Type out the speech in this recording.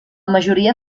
majoria